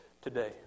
today